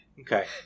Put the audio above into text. Okay